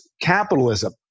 Capitalism